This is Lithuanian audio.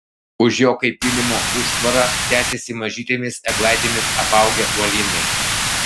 už jo kaip pylimo užtvara tęsėsi mažytėmis eglaitėmis apaugę uolynai